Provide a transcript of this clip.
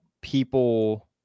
people